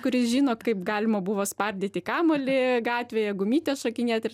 kuris žino kaip galima buvo spardyti kamuolį gatvėje gumytę šokinėt ir